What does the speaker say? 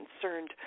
concerned